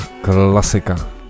klasika